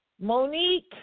Monique